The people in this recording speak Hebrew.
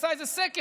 עשה איזה סקר,